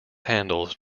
handled